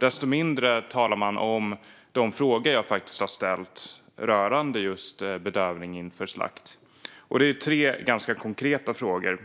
Desto mindre talar statsrådet om de frågor jag faktiskt har ställt rörande just bedövning inför slakt. Det är tre ganska konkreta frågor.